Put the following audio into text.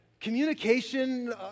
communication